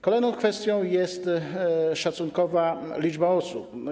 Kolejną kwestią jest szacunkowa liczba osób.